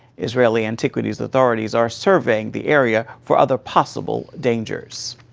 israeli antiquities authorities are surveying the area for other possible dangers.